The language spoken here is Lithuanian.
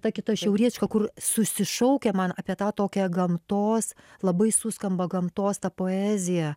ta kita šiaurietiška kur susišaukia man apie tą tokią gamtos labai suskamba gamtos ta poezija